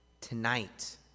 Tonight